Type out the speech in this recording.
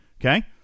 okay